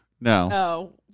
No